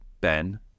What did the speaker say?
Ben